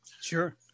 Sure